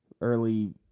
early